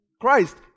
Christ